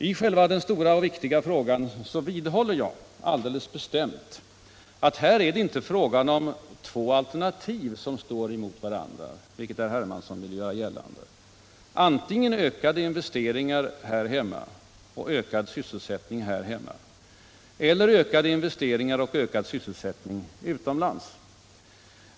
I själva sakfrågan vidhåller jag alldeles bestämt att det inte är två alternativ som står emot varandra, vilket herr Hermansson vill göra gällande: antingen ökade investeringar och ökad sysselsättning här hemma eller ökade investeringar och ökad sysselsättning utomlands.